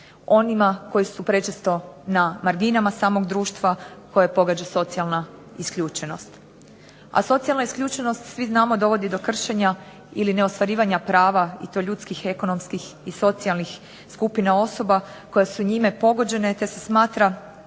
onima koji su prečesto na marginama samog društva koje pogađa socijalna isključenost. A socijalna isključenost svi znamo dovodi do kršenja ili neostvarivanja prava i to ljudskih, ekonomskih i socijalnih skupina osoba koje su njime pogođene te se smatra